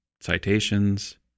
citations